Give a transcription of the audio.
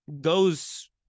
goes